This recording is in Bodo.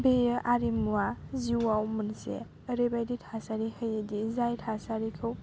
बेयो आरिमुआ जिउआव मोनसे ओरैबायदि थासारि होयोदि जाय थासारिखौ